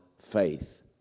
faith